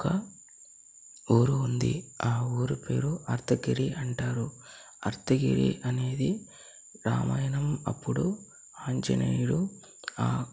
ఒక ఊరు ఉంది ఆ ఊరు పేరు అర్థగిరి అంటారు అర్ధగిరి అనేది రామాయణం అప్పుడు ఆంజనేయుడు ఆ